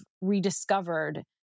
rediscovered